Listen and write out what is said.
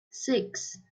six